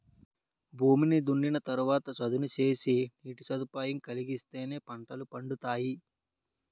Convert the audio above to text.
భూమిని దున్నిన తరవాత చదును సేసి నీటి సదుపాయం కలిగిత్తేనే పంటలు పండతాయి